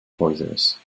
poisonous